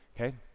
Okay